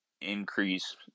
increase